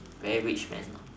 very rich man